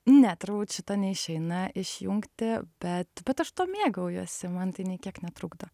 ne turbūt šito neišeina išjungti bet bet aš tuo mėgaujuosi man tai nė kiek netrukdo